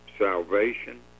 salvation